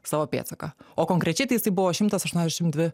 savo pėdsaką o konkrečiai tai buvo šimtas aštuoniasdešimt dvi